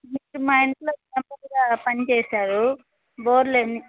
మీరు మా ఇంట్లో ప్లంబర్గా పనిచేసావు బోర్లోని